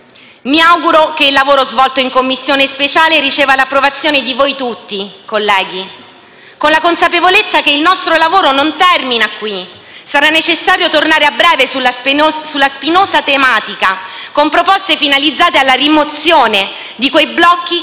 Mi auguro che il lavoro svolto in Commissione speciale riceva l'approvazione di voi tutti, colleghi, con la consapevolezza che il nostro lavoro non termina qui: sarà necessario tornare a breve sulla spinosa tematica con proposte finalizzate alla rimozione di quei blocchi troppo